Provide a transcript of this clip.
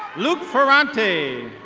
luke faranti.